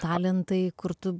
talentai kur tu